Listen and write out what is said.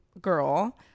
girl